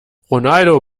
ronaldo